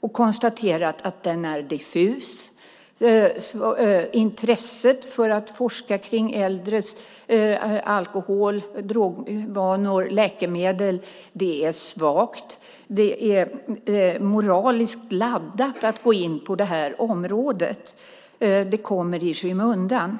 och man har konstaterat att den är diffus. Intresset för att forska om äldres alkohol-, drog och läkemedelsvanor är svagt. Det är moraliskt laddat att gå in på det området, och det kommer i skymundan.